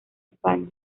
españa